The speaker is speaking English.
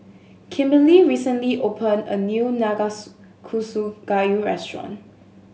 Kimberlee recently opened a new gayu restaurant